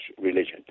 religion